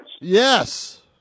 Yes